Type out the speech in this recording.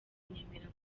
nemera